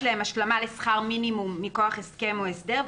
להם השלמה לשכר מינימום מכוח הסכם או הסדר,